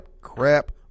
crap